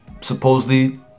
supposedly